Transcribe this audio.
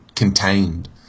Contained